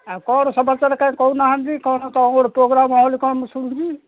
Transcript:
ଆଉ କ'ଣ କାଇଁ କହୁନାହାନ୍ତି କ'ଣ ଗୋଟେ ପ୍ରୋଗ୍ରାମ୍ ହେବ ବୋଲି ମୁଁ ଶୁଣୁଥିଲି